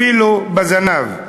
אפילו בזנב.